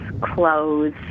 clothes